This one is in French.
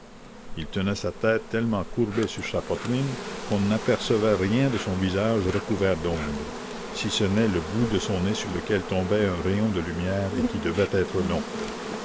il tenait sa tête tellement courbée sur sa poitrine qu'on n'apercevait rien de son visage recouvert d'ombre si ce n'est le bout de son nez sur lequel tombait un rayon de lumière et qui devait être long